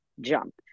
jump